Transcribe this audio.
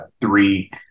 three